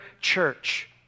church